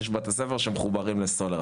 יש בתי ספר שמחוברים לסולר.